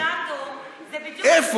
התפקיד שלך כרגולטור זה בדיוק למצוא, איפה?